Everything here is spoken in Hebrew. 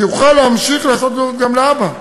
יוכל להמשיך לעשות זאת גם להבא,